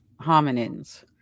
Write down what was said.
hominins